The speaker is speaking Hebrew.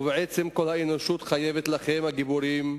ובעצם כל האנושות חייבת לכם, הגיבורים,